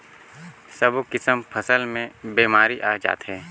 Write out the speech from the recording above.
सब्बो किसम फसल मे बेमारी आ जाथे